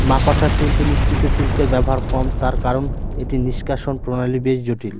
মাকড়সার তন্তু নিঃসৃত সিল্কের ব্যবহার কম তার কারন এটি নিঃষ্কাষণ প্রণালী বেশ জটিল